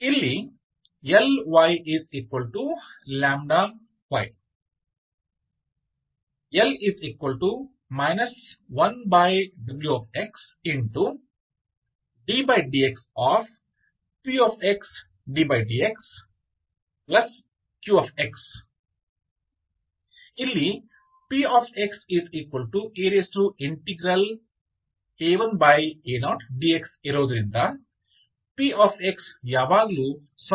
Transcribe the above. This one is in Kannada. ಇಲ್ಲಿ Lyλy L 1w ddx pxddxq ಇಲ್ಲಿ pea1a0dx ಇರೋದ್ರಿಂದ p ಯಾವಾಗಲೂ ಸೊನ್ನೆ ಆಗಲಾರದು